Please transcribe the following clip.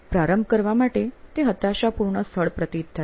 પ્રારંભ કરવા માટે તે હતાશાપૂર્ણ સ્થળ પ્રતીત થાય